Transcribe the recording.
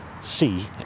see